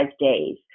days